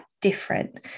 different